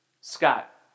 Scott